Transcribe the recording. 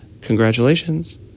Congratulations